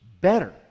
better